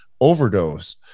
overdose